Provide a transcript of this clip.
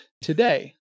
today